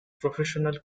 professional